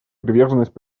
приверженность